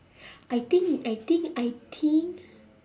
I think I think I think